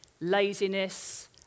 laziness